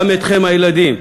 גם אתכם, הילדים,